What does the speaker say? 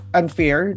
unfair